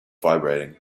vibrating